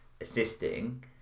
assisting